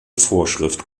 vorschrift